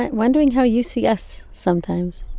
and wondering how you see us sometimes.